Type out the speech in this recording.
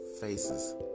faces